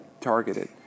targeted